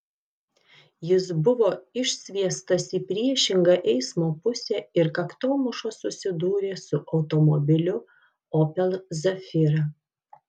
jis buvo išsviestas į priešingą eismo pusę ir kaktomuša susidūrė su automobiliu opel zafira